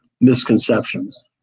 misconceptions